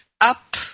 up